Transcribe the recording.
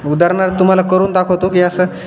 उदाहरणार्थ तुम्हाला करून दाखवतो की असं